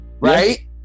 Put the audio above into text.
right